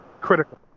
critical